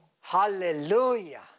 hallelujah